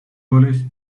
goles